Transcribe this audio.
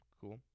Cool